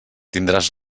tindràs